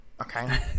Okay